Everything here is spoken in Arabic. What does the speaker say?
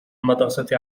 المدرسة